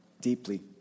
deeply